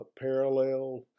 parallel